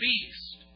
beast